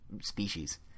species